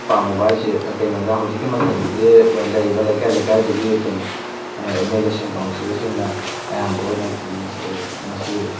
ꯄꯥꯡꯉꯨꯕ ꯍꯥꯏꯁꯦ ꯀꯩꯅꯣꯗ ꯍꯧꯖꯤꯛꯀꯤ ꯃꯇꯝꯗꯗꯤ ꯂꯩꯔꯤꯕ ꯂꯩꯀꯥꯏ ꯂꯩꯀꯥꯏꯗꯨꯒꯤ ꯑꯝ ꯑꯦꯜ ꯑꯦꯁꯤꯡ ꯀꯥꯎꯟꯁꯤꯜꯂꯔꯁꯤꯡꯅ ꯑꯌꯥꯝꯕ ꯑꯣꯏꯅ ꯃꯁꯤ